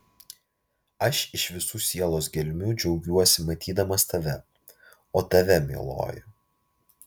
aš iš visų sielos gelmių džiaugiuosi matydamas tave o tave mieloji